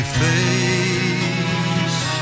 face